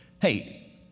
Hey